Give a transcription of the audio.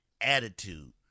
attitude